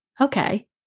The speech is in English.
okay